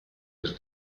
del